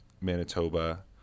manitoba